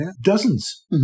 dozens